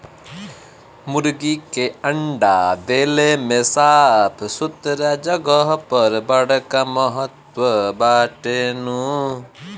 मुर्गी के अंडा देले में साफ़ सुथरा जगह कअ बड़ा महत्व बाटे